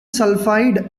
sulfide